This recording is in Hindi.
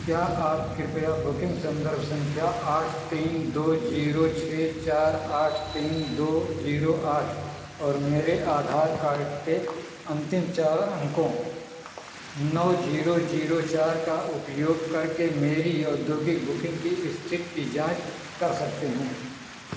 क्या आप कृपया बुकिंग संदर्भ संख्या आठ तीन दो जीरो छः चार आठ तीन दो जीरो आठ और मेरे आधार कार्ड के अंतिम चार अंकों नौ जीरो जीरो चार का उपयोग करके मेरी औद्योगिक बुकिंग की स्थिति की जाँच कर सकते हैं